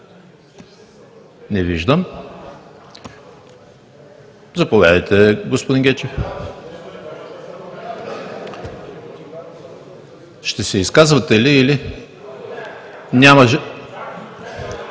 Не виждам. Заповядайте, господин Гечев. Ще се изказвате или?